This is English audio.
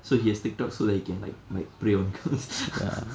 so he has TikTok so that he can like like prey on girls